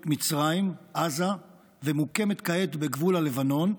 מצרים ועזה ומוקמת כעת בגבול הלבנון,